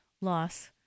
loss